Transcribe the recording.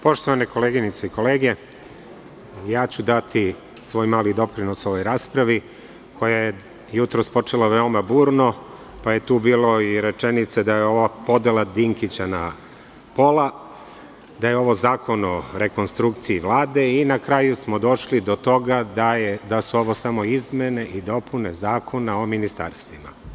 Poštovane koleginice i kolege dati svoj mali doprinos ovoj raspravi, koja je jutros počela veoma burno, pa je tu bilo i rečenica da je ova podela Dinkića na pola, da je ovo zakon o rekonstrukciji Vlade i na kraju smo došli do toga da su ovo samo izmene i dopune Zakona o ministarstvima.